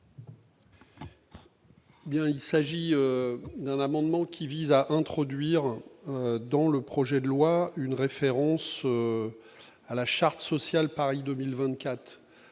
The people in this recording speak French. il s'agit d'un amendement qui vise à introduire dans le projet de loi, une référence à la charte sociale, Paris 2024,